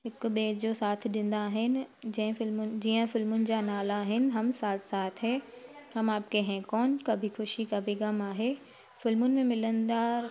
हिक ॿिए जो साथ ॾींदा आहिनि जंहिं फिल्मुनि जीअं फिल्मुनि जा नाला आहिनि हम साथ साथ है हम आपके है कोन कभी ख़ुशी कभी ग़म आहे फिल्मुनि में मिलंदा